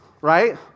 right